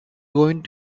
going